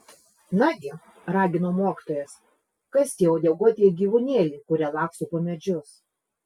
nagi ragino mokytojas kas tie uodeguoti gyvūnėliai kurie laksto po medžius